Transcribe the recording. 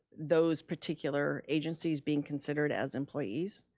those particular agencies being considered as employees.